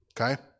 okay